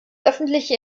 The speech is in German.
öffentliche